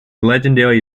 legendary